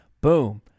boom